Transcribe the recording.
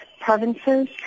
provinces